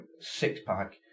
six-pack